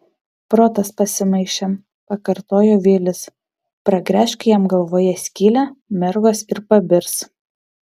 protas pasimaišė pakartojo vilis pragręžk jam galvoje skylę mergos ir pabirs